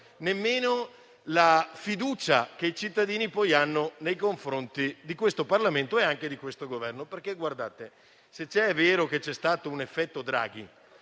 nemmeno la fiducia che i cittadini poi hanno nei confronti di questo Parlamento e anche di questo Governo. Ipotizziamo che sia vero che c'è stato un effetto Draghi,